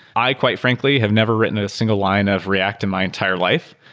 i quite frankly have never written a single line of react in my entire life.